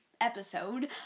episode